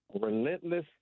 relentless